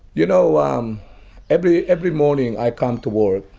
you know um every, every morning i come to work,